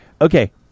Okay